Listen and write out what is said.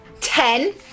Ten